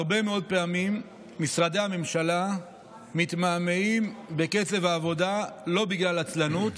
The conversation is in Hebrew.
הרבה מאוד פעמים משרדי הממשלה מתמהמהים בקצב העבודה לא בגלל עצלנות